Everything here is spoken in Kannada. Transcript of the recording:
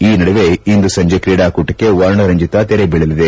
ಈ ನಡುವೆ ಇಂದು ಸಂಜೆ ಕ್ರೀಡಾಕೂಟಕ್ಕೆ ವರ್ಣರಂಜಿತ ತೆರೆ ಬೀಳಲಿದೆ